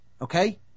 Okay